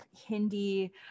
Hindi